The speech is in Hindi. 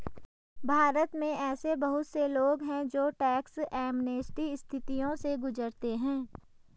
भारत में ऐसे बहुत से लोग हैं जो टैक्स एमनेस्टी स्थितियों से गुजरते हैं